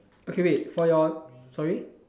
okay wait for your sorry